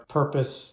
purpose